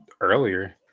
earlier